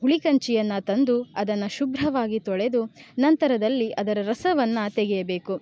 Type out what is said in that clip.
ಹುಳಿ ಕಂಚಿಯನ್ನು ತಂದು ಅದನ್ನು ಶುಭ್ರವಾಗಿ ತೊಳೆದು ನಂತರದಲ್ಲಿ ಅದರ ರಸವನ್ನು ತೆಗೆಯಬೇಕು